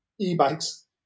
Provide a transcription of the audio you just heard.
e-bikes